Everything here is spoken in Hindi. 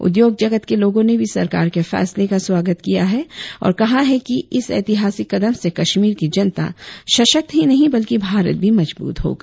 उद्योग जगत के लोगों ने भी सरकार के फैसले का स्वागत किया है और कहा है कि इस ऐतिहासिक कदम से कश्मीर की जनता सशक्त ही नहीं होगी बल्कि भारत भी मजबूत होगा